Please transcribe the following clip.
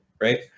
right